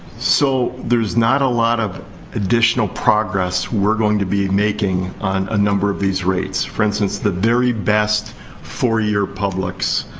so, there's not a lot of additional progress we're going to be making on a number of these rates. for instance, the very best four-year publics